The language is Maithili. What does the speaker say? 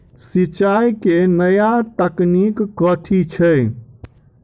सिंचाई केँ नया तकनीक कथी छै?